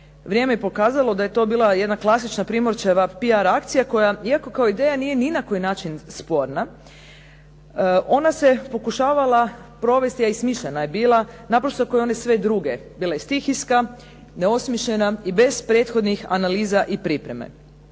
Vrijeme je pokazalo da je to bila jedna klasična Primorčeva PR akcija koja, iako kao ideja nije ni na koji način sporna, ona se pokušavala provesti, a i smišljena je bila naprosto kao i one sve druge, bila je stihijska, neosmišljena i bez prethodnih analiza i pripreme.